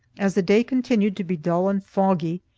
as the day continued to be dull and foggy,